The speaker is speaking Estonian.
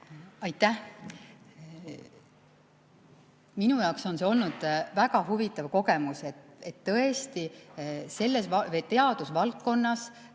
Aitäh! Minu jaoks on see olnud väga huvitav kogemus, et tõesti teadusvaldkonnas